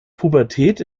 pubertät